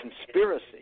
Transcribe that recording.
conspiracy